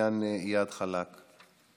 בעניין איאד אלחלאק.